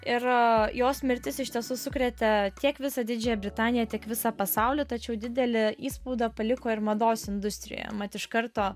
ir jos mirtis iš tiesų sukrėtė tiek visą didžiąją britaniją tiek visą pasaulį tačiau didelį įspaudą paliko ir mados industrijoje mat iš karto